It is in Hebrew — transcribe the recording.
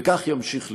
וכך ימשיך להיות.